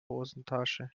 hosentasche